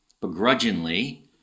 begrudgingly